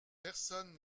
personne